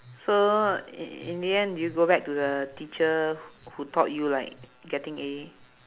so in in the end did you go back to the teacher who taught you like getting A